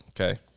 Okay